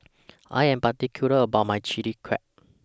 I Am particular about My Chili Crab